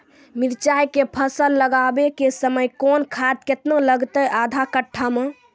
मिरचाय के फसल लगाबै के समय कौन खाद केतना लागतै आधा कट्ठा मे?